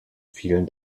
vielen